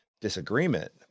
disagreement